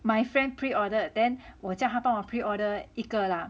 my friend pre order then 我叫他帮我 pre order 一个啦